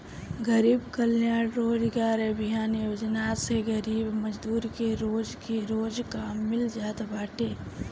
गरीब कल्याण रोजगार अभियान योजना से गरीब मजदूर के रोज के रोज काम मिल जात बाटे